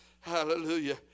Hallelujah